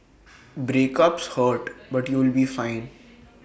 breakups hurt but you'll be fine